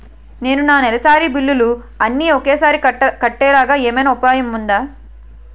నేను నా నెలసరి బిల్లులు అన్ని ఒకేసారి కట్టేలాగా ఏమైనా ఉపాయం ఉందా?